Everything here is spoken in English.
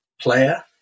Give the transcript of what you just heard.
player